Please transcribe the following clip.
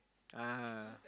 (uh huh)